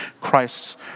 Christ's